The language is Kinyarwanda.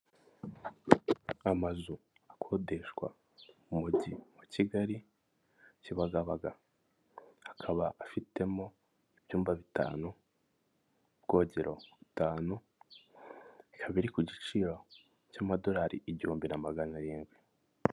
Amazu akodeshwa mu mujyi wa kigali kibagabaga akaba afitemo ibyumba bitanu, ubwogero butanu biri ku giciro cy'amadolari igihumbi na magana arindwi.